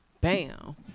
bam